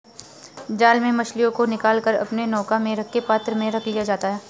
जाल से मछलियों को निकाल कर अपने नौका में रखे पात्र में रख लिया जाता है